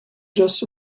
just